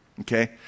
Okay